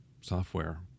software